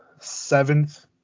seventh